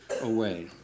away